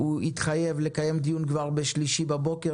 הוא התחייב לקיים דיון כבר בשלישי בבוקר